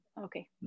Okay